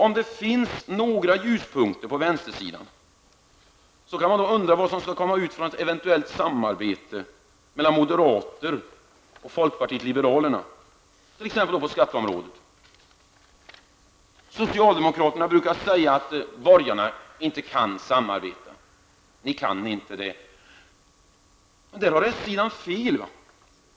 Om det så finns några ljuspunkter på vänstersidan kan man dock undra vad som skall komma ut från ett eventuellt samarbete mellan moderaterna och folkpartiet liberalerna, t.ex. på skatteområdet. Socialdemokrater brukar säga att borgarna inte kan samarbeta. Där har s-sidan fel.